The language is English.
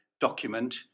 document